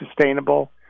sustainable